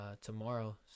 tomorrow